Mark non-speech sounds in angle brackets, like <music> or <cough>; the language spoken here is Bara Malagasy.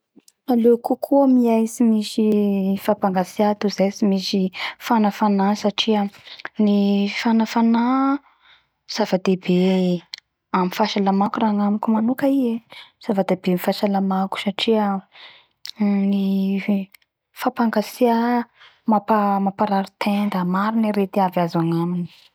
La mbo aleo miay tsy misy fapangatsia toy zay tsy misy fahafana satria ny hafana mety amy fahasalamako kokoa <unintelligible> en plus ny zay ny hafana fanafana tsy misy <hesitation> arapasalama noho ny fapangatsia; ny fapangantsia mitondra arety maro isakarazany la ohatsy ka diso mihina azy i.